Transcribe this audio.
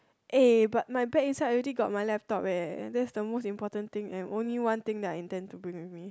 eh but my bag inside already got my laptop eh that's the most important thing and only one thing that I intend to bring with me